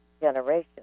generation